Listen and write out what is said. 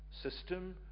system